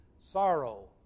sorrow